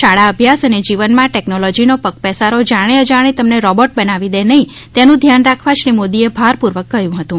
શાળા અભ્યાસ અને જીવન માં ટેક્નોલોજી નો પગપેસારો જાણે અજાણે તમને રોબોટ બનાવી દે નહીં તેનુ ધ્યાન રાખવા શ્રી મોદી એ ભારપૂર્વક કહ્યું હતું